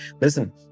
listen